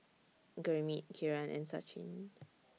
Gurmeet Kiran and Sachin